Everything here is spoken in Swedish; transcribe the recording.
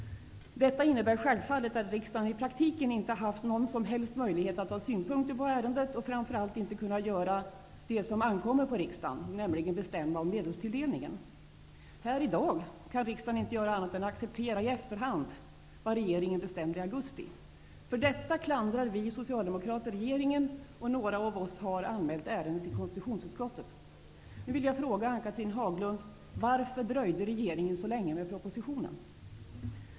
Detta innebär självfallet att riksdagen i praktiken inte haft någon som helst möjlighet att ha synpunkter på ärendet och framför allt inte kunnat göra det som ankommer på riksdagen, nämligen bestämma om medelstilldelningen. I dag kan riksdagen inte göra annat än acceptera i efterhand vad regeringen bestämde i augusti. För detta klandrar vi socialdemokrater regeringen, och några av oss har anmält ärendet till konstitutionsutskottet. Herr talman!